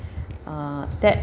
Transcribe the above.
uh that